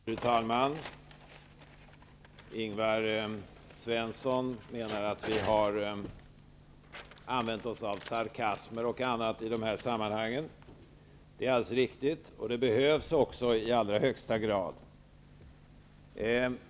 Fru talman! Ingvar Svensson menar att vi har använt oss av sarkasmer och annat i dessa sammanhang. Det är alldeles riktigt, och det behövs i allra högsta grad.